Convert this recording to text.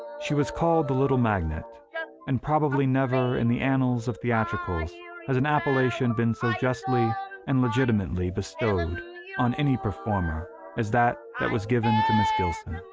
she was called the little magnet and probably never in the annals of theatricals has an appellation been so justly and legitimately bestowed and on any performer as that that was given to miss gilson.